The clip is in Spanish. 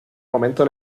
momento